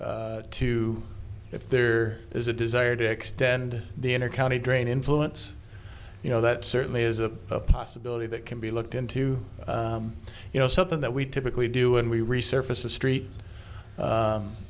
too if there is a desire to extend the inner county drain influence you know that certainly is a possibility that can be looked into you know something that we typically do when we resurface